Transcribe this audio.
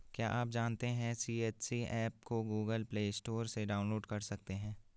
क्या आप जानते है सी.एच.सी एप को गूगल प्ले स्टोर से डाउनलोड कर सकते है?